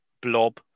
blob